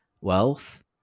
wealth